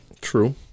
True